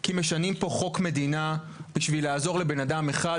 כי משנים פה חוק מדינה בשביל לעזור לבן אדם אחד,